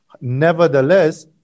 nevertheless